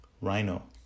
Rhino